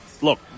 look